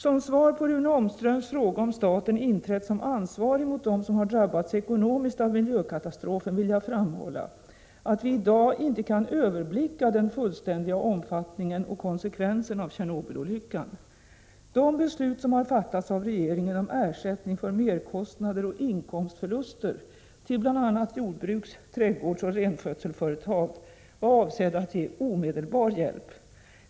Som svar på Rune Ångströms fråga om svenska staten inträtt som ansvarig mot dem som drabbats ekonomiskt av miljökatastrofen vill jag framhålla att vi i dag inte kan överblicka den fullständiga omfattningen och konsekvensen av Tjernobylolyckan. De beslut som har fattats av regeringen om ersättning för merkostnader och inkomstförluster till bl.a. jordbruks-, trädgårdsoch renskötselföretag var avsedda att ge en omedelbar hjälp.